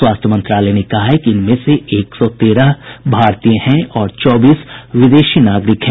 स्वास्थ्य मंत्रालय ने कहा है कि इनमें से एक सौ तेरह भारतीय हैं और चौबीस विदेशी नागरिक हैं